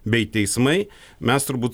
bei teismai mes turbūt